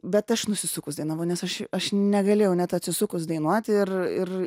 bet aš nusisukus dainavau nes aš aš negalėjau net atsisukus dainuoti ir ir